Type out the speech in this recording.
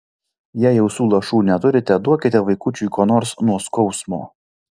jei ausų lašų neturite duokite vaikučiui ką nors nuo skausmo